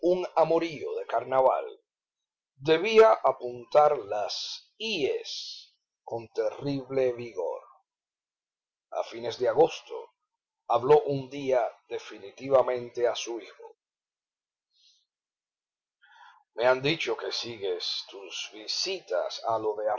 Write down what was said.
un amorío de carnaval debía apuntar las íes con terrible vigor a fines de agosto habló un día definitivamente a su hijo me han dicho que sigues tus visitas a lo de